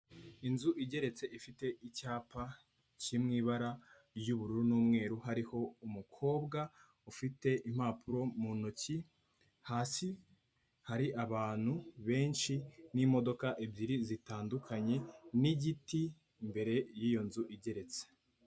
Inzu igeretse, ifite icyapa kiri mu ibara ry'ubururu n'umweru, hariho umukobwa ufite impapuro mu ntoki, hasi hari abantu benshi n'imodoka ebyiri zitandukanye, n'igiti imbere y'iyo nzu igeretse.